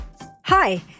Hi